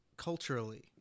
Culturally